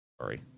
sorry